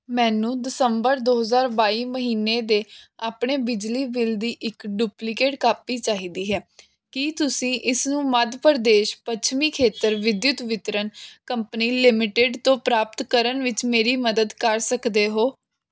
ਮੈਨੂੰ ਦਸੰਬਰ ਦੋ ਹਜ਼ਾਰ ਬਾਈ ਮਹੀਨੇ ਦੇ ਆਪਣੇ ਬਿਜਲੀ ਬਿੱਲ ਦੀ ਇੱਕ ਡੁਪਲੀਕੇਟ ਕਾਪੀ ਚਾਹੀਦੀ ਹੈ ਕੀ ਤੁਸੀਂ ਇਸ ਨੂੰ ਮੱਧ ਪ੍ਰਦੇਸ਼ ਪੱਛਮੀ ਖੇਤਰ ਵਿਦਯੁਤ ਵਿਤਰਨ ਕੰਪਨੀ ਲਿਮਟਿਡ ਤੋਂ ਪ੍ਰਾਪਤ ਕਰਨ ਵਿੱਚ ਮੇਰੀ ਮਦਦ ਕਰ ਸਕਦੇ ਹੋ